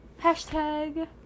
Hashtag